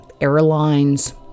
airlines